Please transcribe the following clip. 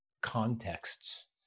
contexts